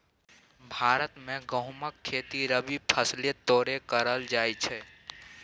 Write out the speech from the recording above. भारत मे गहुमक खेती रबी फसैल तौरे करल जाइ छइ